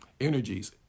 energies